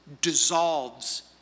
dissolves